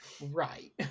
right